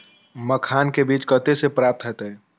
मखान के बीज कते से प्राप्त हैते?